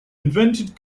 invented